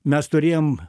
mes turėjom